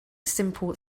simple